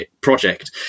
project